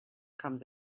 comes